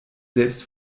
selbst